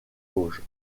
vosges